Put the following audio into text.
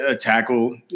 tackle